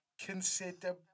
Consider